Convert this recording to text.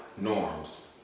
norms